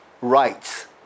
rights